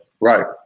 right